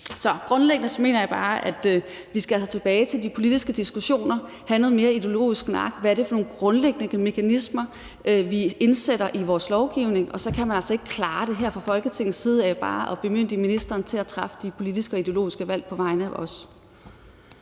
Så grundlæggende mener jeg bare, at vi skal tilbage til de politiske diskussioner, have noget mere ideologisk snak om, hvad det er for nogle grundlæggende mekanismer, vi indsætter i vores lovgivning, og så kan man altså ikke klare det her fra Folketingets side af ved bare at bemyndige ministeren til at træffe de politiske og ideologiske valg på vegne af os.